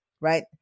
right